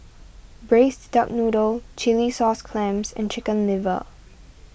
Braised Duck Noodle Chilli Sauce Clams and Chicken Liver